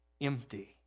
empty